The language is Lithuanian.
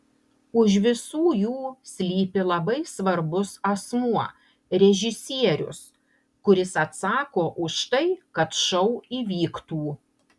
už visų jų slypi labai svarbus asmuo režisierius kuris atsako už tai kad šou įvyktų